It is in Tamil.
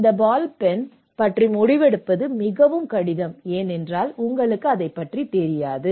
இந்த பால் பென் பற்றி முடிவெடுப்பது மிகவும் கடினம் ஏனென்றால் உங்களுக்குத் தெரியாது